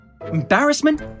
Embarrassment